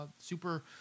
Super